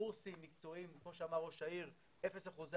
קורסים מקצועיים וכמו שאמר ראש העיר אפס אחוזי